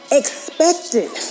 expected